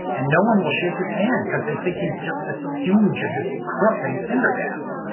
and no one will shake his hand because they think he's just this stooge of this crook named pendergast.